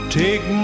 take